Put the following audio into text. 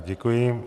Děkuji.